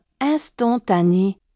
instantané